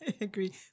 agree